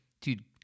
Dude